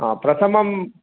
प्रथमम्